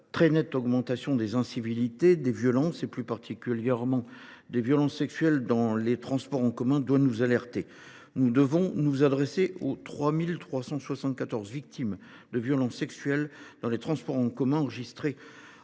la très nette augmentation des incivilités et des violences, et plus particulièrement des violences sexuelles, doit nous alerter. Nous devons nous adresser aux 3 374 victimes de violences sexuelles dans les transports en commun enregistrées